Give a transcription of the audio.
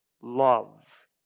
love